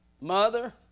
Mother